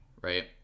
right